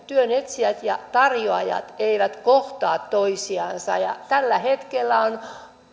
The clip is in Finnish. työn etsijät ja tarjoajat eivät kohtaa toisiansa ja tällä hetkellä